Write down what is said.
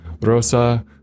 Rosa